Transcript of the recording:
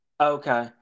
Okay